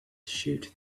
shoot